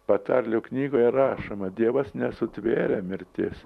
patarlių knygoje rašoma dievas nesutvėrė mirties